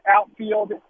outfield